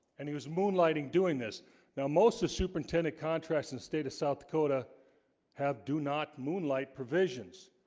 and he was moonlighting doing this now most of superintendent contracts in the state of south dakota have do not moonlight provisions.